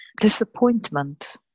disappointment